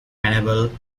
untenable